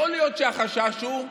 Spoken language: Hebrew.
יכול להיות שהחשש הוא שמא,